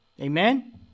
Amen